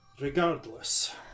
Regardless